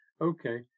Okay